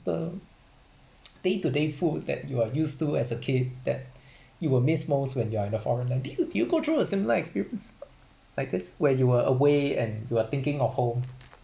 the day to day food that you are used to as a kid that you will miss most when you're in a foreign land did you did you go through a similar experience like this where you were away and you are thinking of home